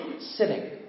sitting